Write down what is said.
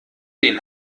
den